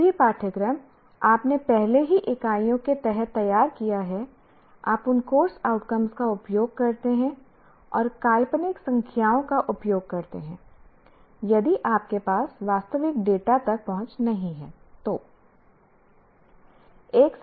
जो भी पाठ्यक्रम आपने पहले की इकाइयों के तहत तैयार किया है आप उन कोर्स आउटकम्स का उपयोग करते हैं और काल्पनिक संख्याओं का उपयोग करते हैं यदि आपके पास वास्तविक डेटा तक पहुंच नहीं है